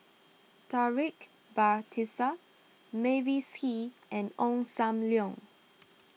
Taufik Batisah Mavis Hee and Ong Sam Leong